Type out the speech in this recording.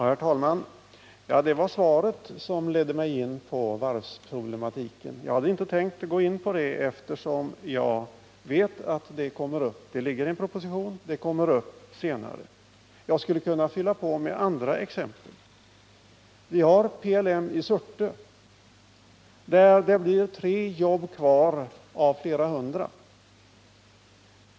Herr talman! Det var svaret som ledde mig in på varvsproblematiken. Jag hade inte tänkt gå in på den eftersom jag vet att det föreligger en proposition och att frågan kommer upp senare. Jag skulle kunna fylla på med andra exempel. Vi har PLM AB i Surte där det blir tre arbeten kvar av flera hundra.